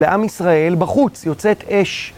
לעם ישראל בחוץ יוצאת אש.